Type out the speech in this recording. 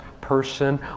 person